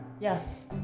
yes